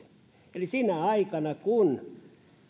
eli sinä aikana kun